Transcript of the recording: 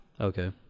Okay